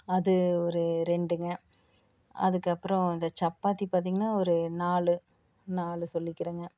அது ஒரு ரெண்டுங்க அதுக்கப்புறோம் இந்த சப்பாத்தி பார்த்தீங்கன்னா ஒரு நாலு நாலு சொல்லிக்கறேங்க